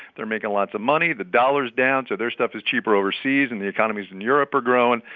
they're making lots of money. the dollar's down, so their stuff is cheaper overseas. and the economies in europe are growing.